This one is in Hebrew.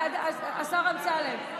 אמסלם.